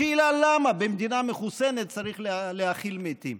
השאלה היא למה במדינה מחוסנת צריך להכיל מתים.